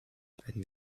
wenn